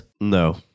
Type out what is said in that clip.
No